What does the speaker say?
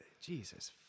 Jesus